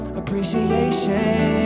appreciation